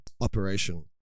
operation